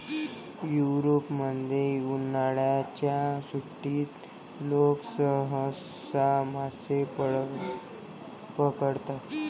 युरोपमध्ये, उन्हाळ्याच्या सुट्टीत लोक सहसा मासे पकडतात